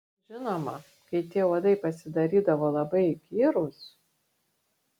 žinoma kai tie uodai pasidarydavo labai įkyrūs